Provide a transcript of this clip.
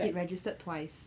it registered twice